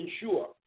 ensure